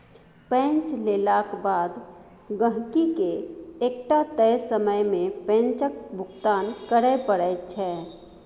पैंच लेलाक बाद गहिंकीकेँ एकटा तय समय मे पैंचक भुगतान करय पड़ैत छै